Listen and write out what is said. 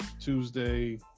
Tuesday